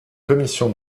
commission